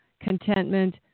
contentment